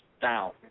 down